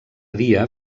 dia